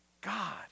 God